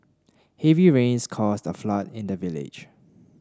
heavy rains caused a flood in the village